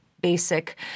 basic